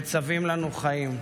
מצווים לנו חיים,